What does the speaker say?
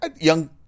young